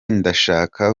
ndashaka